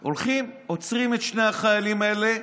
הולכים, עוצרים את שני החיילים האלה,